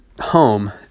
home